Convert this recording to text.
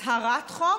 "הצהרת חוק",